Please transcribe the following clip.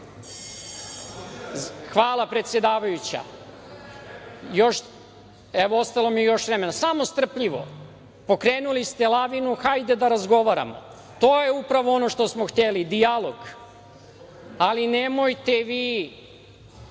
Hvala predsedavajuća. Ostalo mi je još vremena. Samo strpljivo. Pokrenuli ste lavinu. Hajde da razgovaramo. To je upravo ono što smo hteli – dijalog. Ali, nemojte vi